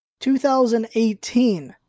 2018